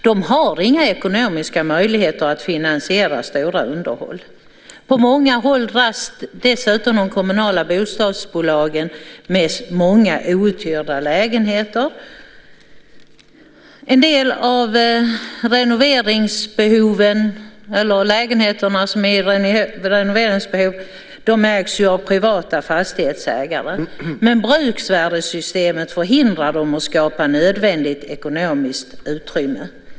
De har inga ekonomiska möjligheter att finansiera stora underhåll. På många håll dras dessutom de kommunala bostadsbolagen med många outhyrda lägenheter. En del av lägenheterna med renoveringsbehov ägs av privata fastighetsägare, men bruksvärdessystemet förhindrar dem att skapa nödvändigt ekonomiskt utrymme.